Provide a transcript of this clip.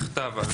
בכתב,